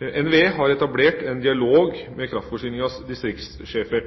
NVE har etablert en dialog med kraftforsyningas distriktssjefer.